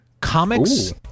comics